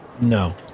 No